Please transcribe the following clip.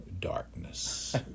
darkness